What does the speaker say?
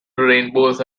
rainbows